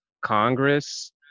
Congress